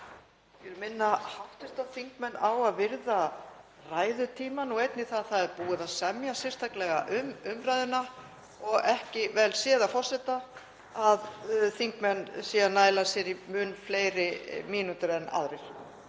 vill minna hv. þingmenn á að virða ræðutímann og einnig að það er búið að semja sérstaklega um umræðuna og ekki vel séð af forseta að þingmenn séu að næla sér í mun fleiri mínútur en aðrir.